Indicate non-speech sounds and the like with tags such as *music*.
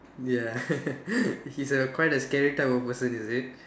ya *laughs* he's a quite a scary type of person is it